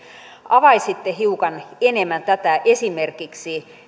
avaisitte hiukan enemmän tätä esimerkiksi